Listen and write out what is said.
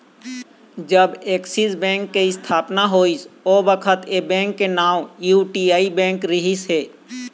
जब Axis bank के इस्थापना होइस ओ बखत ऐ बेंक के नांव यूटीआई बेंक रिहिस हे